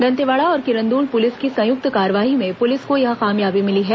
दंतेवाड़ा और किरंदुल पुलिस की संयुक्त कार्रवाई में पुलिस को यह कामयाबी मिली है